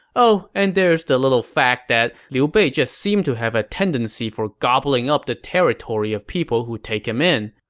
oh, and there's the fact that liu bei just seemed to have a tendency for gobbling up the territory of people who take him in.